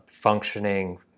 functioning